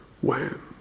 wham